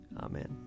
Amen